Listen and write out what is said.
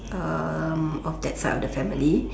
um of that side of the family